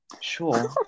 sure